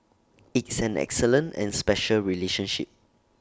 it's an excellent and special relationship